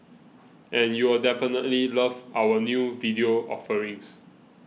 and you'll definitely love our new video offerings